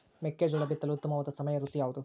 ಮೆಕ್ಕೆಜೋಳ ಬಿತ್ತಲು ಉತ್ತಮವಾದ ಸಮಯ ಋತು ಯಾವುದು?